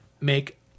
make